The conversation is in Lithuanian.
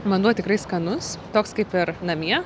vanduo tikrai skanus toks kaip ir namie